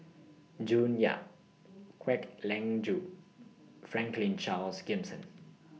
June Yap Kwek Leng Joo Franklin Charles Gimson